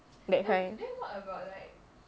that kind